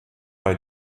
bei